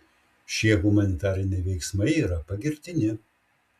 šie humanitariniai veiksmai yra pagirtini